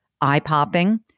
eye-popping